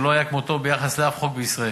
שלא היה כמותו ביחס לאף חוק בישראל,